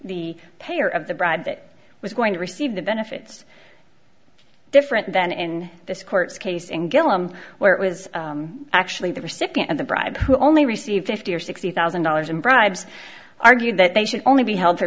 the payer of the bride that was going to receive the benefits different than in this court case and gillum where it was actually the recipient of the bribe only received fifty or sixty thousand dollars in bribes argued that they should only be held for